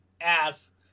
ass